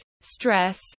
stress